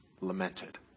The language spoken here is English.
lamented